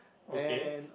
okay